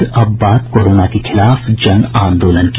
और अब बात कोरोना के खिलाफ जनआंदोलन की